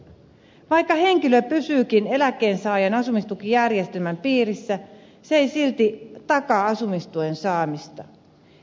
vaikka henkilö pysyykin eläkkeensaajan asumistukijärjestelmän piirissä se ei silti takaa asumistuen saamista